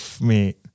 Mate